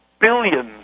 billions